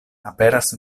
aperas